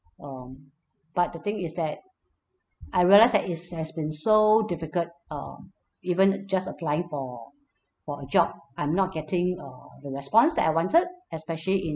um but the thing is that I realised that it's has been so difficult uh even just applying for for a job I'm not getting uh the response that I wanted especially in